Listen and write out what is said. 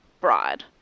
broad